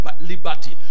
liberty